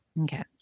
okay